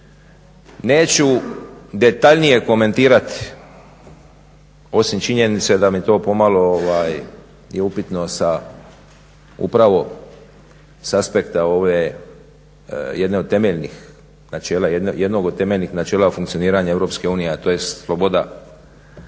Neću detaljnije komentirati osim činjenice da mi to pomalo je upitno upravo sa aspekta ove jedne od temeljnih načela jednog od temeljnih